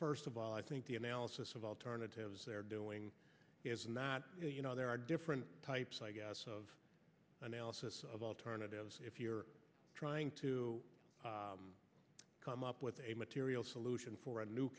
first of all i think the analysis of alternatives they're doing is not you know there are different types of analysis of alternatives if you're trying to come up with a material solution for a new